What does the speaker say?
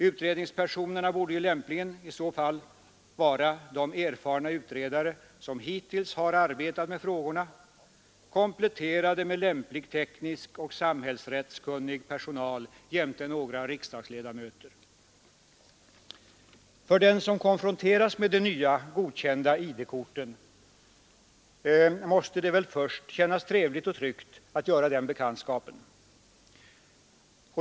Utredningspersonerna borde ju lämpligen i så fall vara de erfarna utredare som hittills har arbetat med frågorna, kompletterade med lämplig teknisk och samhällsrättskunnig personal jämte några riksdagsledamöter. För den som konfronteras med de nya godkända ID-korten måste det väl först kännas trevligt och tryggt att göra den bekantskapen.